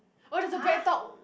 oh there's a BreadTalk